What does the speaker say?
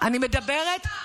מותר להם.